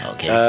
Okay